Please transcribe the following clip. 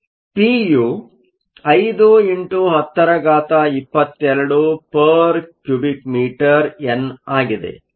ಆದ್ದರಿಂದ P U 5 x 1022 m 3 n ಆಗಿದೆ